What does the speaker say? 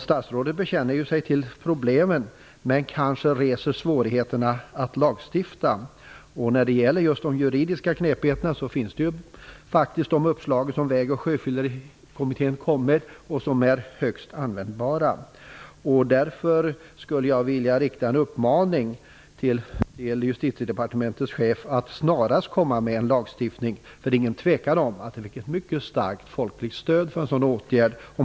Statsrådet bekänner sig ju till problemen, men kanske reser sig svårigheterna att lagstifta. När det gäller just de juridiska knepigheterna finns faktiskt de uppslag som Väg och sjöfyllerikommittén presenterade, vilka är högst användbara. Därför skulle jag vilja rikta en uppmaning till Justitiedepartementets chef att snarast föreslå en lagstiftning, för det är ingen tvekan om att det finns ett mycket starkt folkligt stöd för en sådan åtgärd.